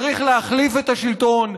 צריך להחליף את השלטון,